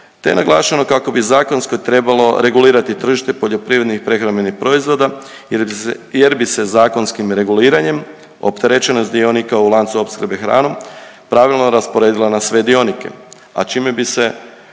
je naglašeno kako bi zakonski trebalo regulirati tržište poljoprivrednih prehrambenih proizvoda jer bi se zakonskim reguliranjem opterećenost dionika u lancu opskrbe hranom pravilno rasporedila na sve dionike, a čime bi se